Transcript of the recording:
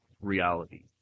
reality